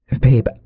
babe